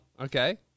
Okay